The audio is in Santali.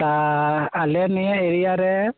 ᱛᱟ ᱟᱞᱮ ᱱᱤᱭᱟ ᱮᱨᱤᱭᱟ ᱨᱮ